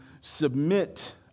submit